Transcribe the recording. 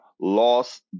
lost